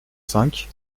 cinq